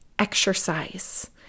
Exercise